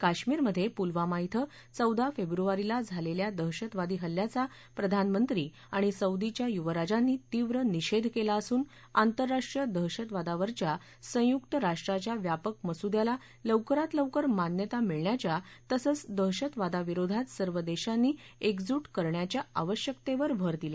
काश्मीरमध्ये पुलवामा िं चौदा फेब्रवारीला झालेल्या दहशतवादी हल्ल्याचा प्रधानमंत्री आणि सौदीच्या युवराजांनी तीव्र निषेध केला असून आंतरराष्ट्रीय दहशतवादावरच्या संयुक्त राष्ट्राच्या व्यापक मसूद्याला लवकरात लवकर मान्यता मिळण्याच्या तसंच दहशतवादाविरोधात सर्व देशांनी एकजू करण्याच्या आवश्यकतेवर भर दिला